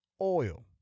oil